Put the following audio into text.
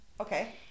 Okay